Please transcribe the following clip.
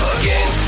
again